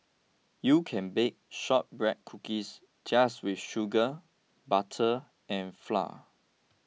you can bake Shortbread Cookies just with sugar butter and flour